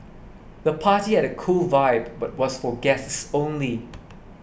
the party had a cool vibe but was for guests only